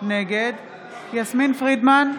נגד יסמין פרידמן,